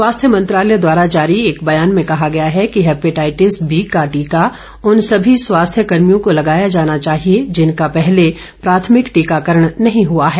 स्वास्थ्य मंत्रालय द्वारा जारी एक बयान में कहा गया है कि हेपेटाइटिस बी का टीका उन सभी स्वास्थ्य कर्मियों को लगाया जाना चाहिए जिनका पहले प्राथमिक टीकाकरण नहीं हुआ है